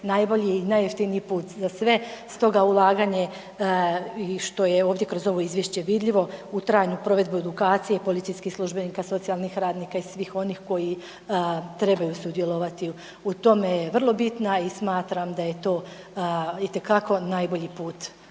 najbolji i najjeftiniji put za sve, stoga ulaganje i što je ovdje kroz ovo izvješće vidljivo u trajanju provedbe edukacije policijskih službenika, socijalnih radnika i svih onih koji trebaju sudjelovati u tome je vrlo bitna i smatram da je to itekako najbolji put